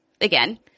Again